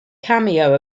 cameo